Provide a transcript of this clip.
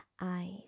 eyes